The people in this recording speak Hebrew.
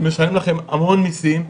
משלם לכם המון מיסים,